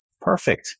Perfect